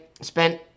spent